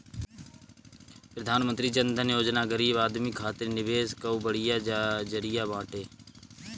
प्रधानमंत्री जन धन योजना गरीब आदमी खातिर निवेश कअ बढ़िया जरिया बाटे